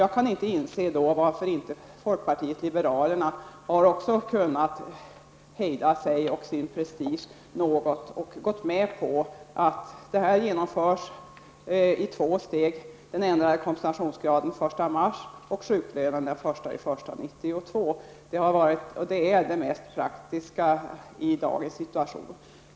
Jag kan inte inse varför inte folkpartiet liberalerna har kunnat hejda sig och något glömma sin prestige och gå med på att denna förändring genomförs i två steg -- den ändrade kompensationsgraden den 1 mars och sjuklönen den 1 januari 1992. Det är det mest praktiska i dagens situation.